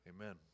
Amen